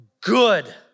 good